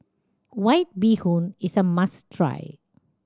White Bee Hoon is a must try